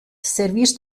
servierst